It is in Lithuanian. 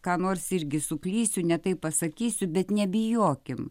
ką nors irgi suklysiu ne taip pasakysiu bet nebijokim